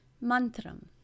mantram